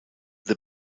the